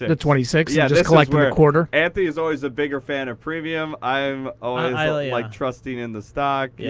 the twenty six. so yeah just collecting the quarter? anthony is always the bigger fan of premium. i'm always, like, trusting in the stock. yeah